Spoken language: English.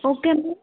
okay ma'am